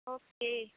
okay